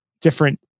different